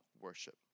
worship